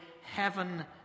heaven